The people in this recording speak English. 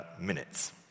minutes